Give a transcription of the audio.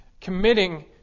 committing